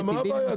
מה הבעיה?